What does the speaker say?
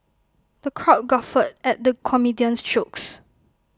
the crowd guffawed at the comedian's jokes